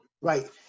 Right